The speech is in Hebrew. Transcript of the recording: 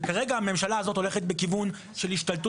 וכרגע הממשלה הזאת הולכת בכיוון של השתלטות